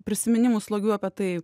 prisiminimų slogių apie tai